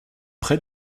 près